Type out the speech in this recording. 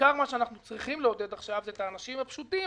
כרגע אנחנו צריכים לעודד את האנשים הפשוטים